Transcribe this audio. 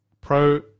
pro